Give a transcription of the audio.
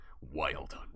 Wild